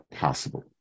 possible